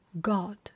god